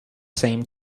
same